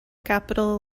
capital